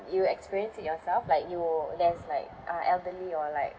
you experienced it yourself like you there's like uh elderly or like